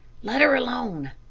let her alone,